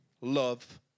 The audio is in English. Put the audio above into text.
love